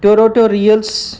tutorials